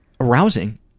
arousing